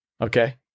Okay